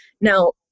Now